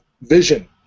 vision